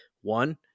one